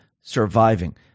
surviving